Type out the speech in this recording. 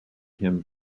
him